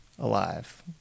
Alive